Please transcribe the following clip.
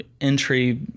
entry